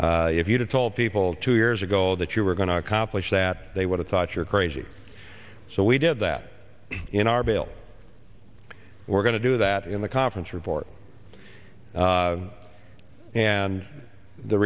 n if you told people two years ago that you were going to accomplish that they would have thought you're crazy so we did that in our bill we're going to do that in the conference report and the